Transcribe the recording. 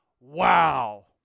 wow